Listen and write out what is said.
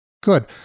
Good